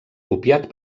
copiat